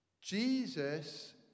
Jesus